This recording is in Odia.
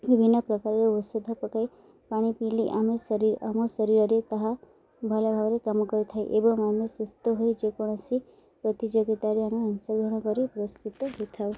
ବିଭିନ୍ନ ପ୍ରକାରର ଔଷଧ ପକାଇ ପାଣି ପିଇଲେ ଆମେ ଶରୀ ଆମ ଶରୀରରେ ତାହା ଭଲ ଭାବରେ କାମ କରିଥାଏ ଏବଂ ଆମେ ସୁସ୍ଥ ହୋଇ ଯେକୌଣସି ପ୍ରତିଯୋଗିତାରେ ଆମେ ଅଂଶଗ୍ରହଣ କରି ପୁରସ୍କୃତ ହୋଇଥାଉ